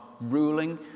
ruling